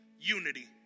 unity